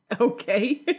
Okay